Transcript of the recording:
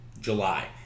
July